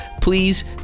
please